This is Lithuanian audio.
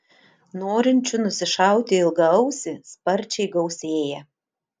norinčių nusišauti ilgaausį sparčiai gausėja